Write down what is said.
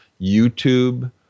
YouTube